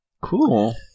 Cool